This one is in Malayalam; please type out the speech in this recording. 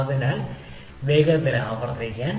അതിനാൽ വേഗത്തിൽ ആവർത്തിക്കാൻ